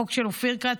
חוק של אופיר כץ,